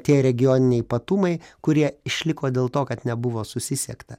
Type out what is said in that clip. tie regioniniai ypatumai kurie išliko dėl to kad nebuvo susisiekta